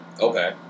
Okay